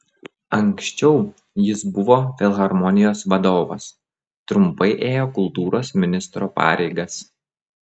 anksčiau jis buvo filharmonijos vadovas trumpai ėjo kultūros ministro pareigas